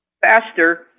faster